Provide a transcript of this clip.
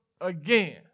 again